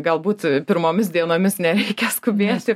galbūt pirmomis dienomis nereikia skubėti